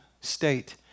state